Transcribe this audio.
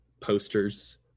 posters